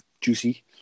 juicy